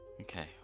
Okay